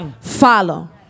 follow